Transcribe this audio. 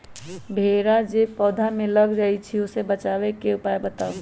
भेरा जे पौधा में लग जाइछई ओ से बचाबे के उपाय बताऊँ?